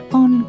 on